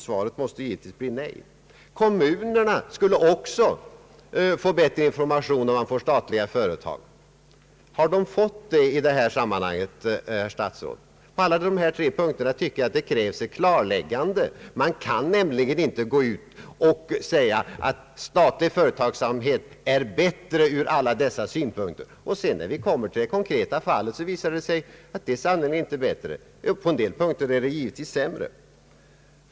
Svaret måste givetvis bli nej. Kommunerna skulle också få bättre information om man får statliga företag. Har de fått det i detta sammanhang, herr statsråd? På alla dessa tre punkter tycker jag det krävs ett klarläggande. Man kan nämligen inte gå ut och säga att statlig företagsamhet är bättre ur alla dessa synpunkter. När vi kommer till det konkreta fallet visar det sig att den sannerligen inte är bättre. På en del punkter är den givetvis sämre.